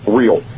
real